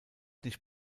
nicht